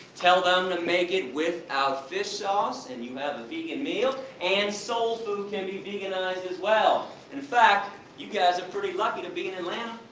tell them and make it without fish sauce and you have a vegan meal. and soul food can be veganized as well. in fact, you guys are pretty lucky to be in atlanta.